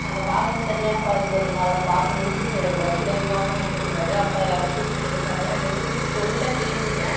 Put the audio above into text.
அந்த பாகு வந்து சரியான பதத்தில் இருக்கணும் அதாவது பாகு முறிஞ்சும் போயிட கூடாது இலகுவாகும் இருக்க கூடாது அப்போ அதில் கொட்டிக்கணும் நிறைய ரெஸிப்பீஸ் சொல்ல கேட்ருக்கேன்